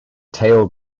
tail